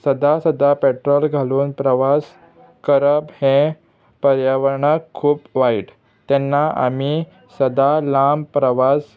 सद्दां सद्दां पेट्रोल घालून प्रवास करप हें पर्यावरणाक खूब वायट तेन्ना आमी सद्दां लांब प्रवास